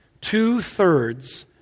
two-thirds